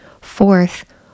Fourth